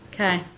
Okay